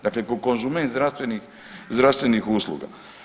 Dakle, ko konzument zdravstvenih usluga.